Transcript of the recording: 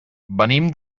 venim